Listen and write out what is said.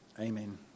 Amen